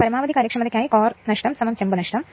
പരമാവധി കാര്യക്ഷമതയ്ക്കായി കോർ നഷ്ടം ചെമ്പ് നഷ്ടം